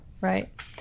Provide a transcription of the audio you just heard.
right